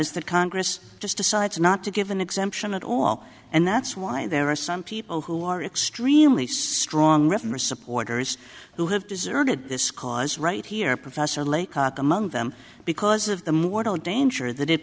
is that congress just decides not to give an exemption at all and that's why there are some people who are extremely strong revenue supporters who have deserted this because right here professor laycock among them because of the mortal danger that it